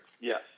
Yes